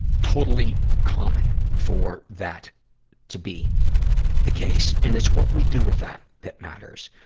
totally common for that to be the case. and it's what we do with that that matters.